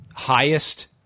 highest